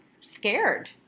scared